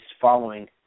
following